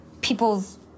people's